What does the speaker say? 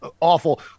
awful